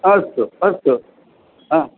अस्तु अस्तु हा